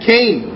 Cain